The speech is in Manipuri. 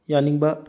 ꯌꯥꯅꯤꯡꯕ